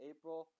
April